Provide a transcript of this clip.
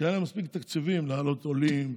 שאין להם מספיק תקציבים להעלות עולים,